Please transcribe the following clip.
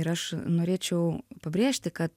ir aš norėčiau pabrėžti kad